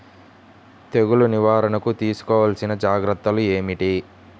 తెగులు నివారణకు తీసుకోవలసిన జాగ్రత్తలు ఏమిటీ?